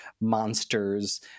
monsters